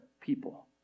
people